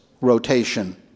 rotation